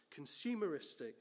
consumeristic